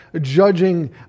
judging